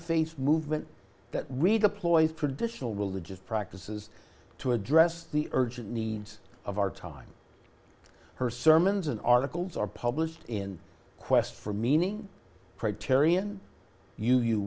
faith movement that redeploys preditions religious practices to address the urgent needs of our time her sermons and articles are published in a quest for meaning criterion you you